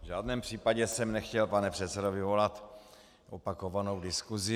V žádném případě jsem nechtěl, pane předsedo, vyvolat opakovanou diskusi.